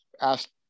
asked